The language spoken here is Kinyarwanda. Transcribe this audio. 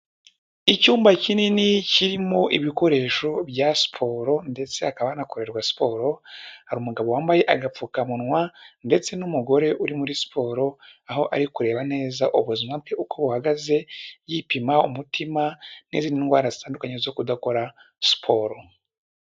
Icyumba kinini kirimo ibikoresho bya siporo ndetse hakaba hanakorerwa siporo, hari umugabo wambaye agapfukamunwa ndetse n'umugore uri muri siporo, aho ari kureba neza ubuzima bwe uko buhagaze yipima umutima n'izindi ndwara zitandukanye zo kudakora siporo.